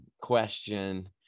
question